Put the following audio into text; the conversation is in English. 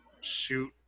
shoot